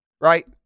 Right